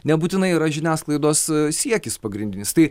nebūtinai yra žiniasklaidos siekis pagrindinis tai